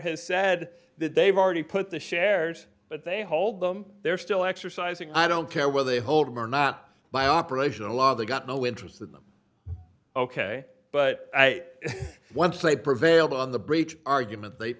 has said that they've already put the shares but they hold them they're still exercising i don't care whether they hold them or not by operation a law they got no interest in them ok but one play prevailed on the breach argument they